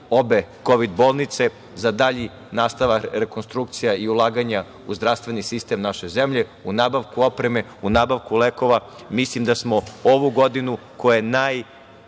obe kovid bolnice, za dalji nastavak rekonstrukcija i ulaganja u zdravstveni sistem naše zemlje, u nabavku opreme, u nabavku lekova. Mislim da smo ovu godinu koja je najteža,